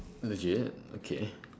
legit okay